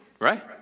right